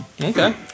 Okay